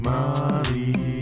Molly